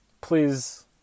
please